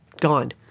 gone